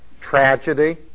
tragedy